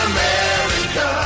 America